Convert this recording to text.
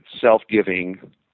self-giving